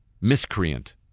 miscreant